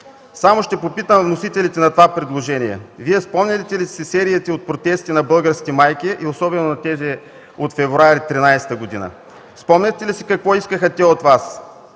Само ще попитам вносителите на това предложение: Вие спомняте ли си сериите от протести на български майки и особено на тези от февруари 2013 г.? Спомняте ли си какво искаха те от Вас?